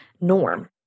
norm